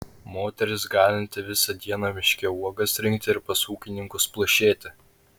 moteris galinti visą dieną miške uogas rinkti ir pas ūkininkus plušėti